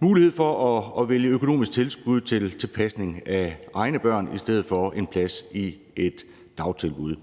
mulighed for at vælge økonomisk tilskud til pasning af egne børn indtil barnets skolestart i stedet for en plads i et dagtilbud.